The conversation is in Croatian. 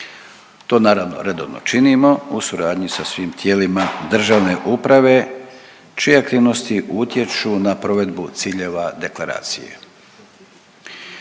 To naravno redovno činimo u suradnji sa svim tijelima državne uprave čije aktivnosti utječu na provedbu ciljeva Deklaracije.